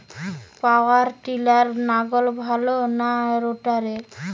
পাওয়ার টিলারে লাঙ্গল ভালো না রোটারের?